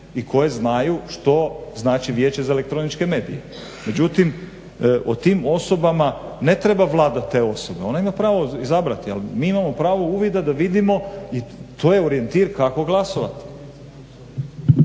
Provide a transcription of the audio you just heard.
i koje znaju što znači Vijeće za elektroničke medije. Međutim, o tim osobama ne treba Vlada, te osobe, ona ima pravo izabrati ali mi imamo pravo uvida da vidimo i to je orijentir kako glasovat.